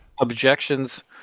objections